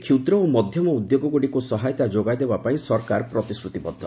କ୍ଷୁଦ୍ର ଓ ମଧ୍ୟମ ଉଦ୍ୟୋଗଗୁଡ଼ିକୁ ସହାୟତା ଯୋଗାଇ ଦେବା ପାଇଁ ସରକାର ପ୍ରତିଶ୍ରତିବଦ୍ଧ